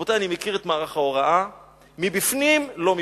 רבותי, אני מכיר את מערך ההוראה מבפנים, לא מבחוץ.